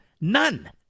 None